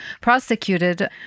prosecuted